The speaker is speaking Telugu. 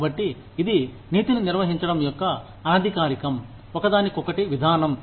కాబట్టి ఇది నీతిని నిర్వహించడం యొక్క అనధికారికం ఒకదానికొకటి విధానం